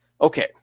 Okay